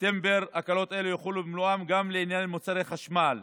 בספטמבר הקלות אלה יחולו במלואן גם לעניין מוצרי חשמל.